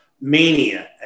mania